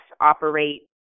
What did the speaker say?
operate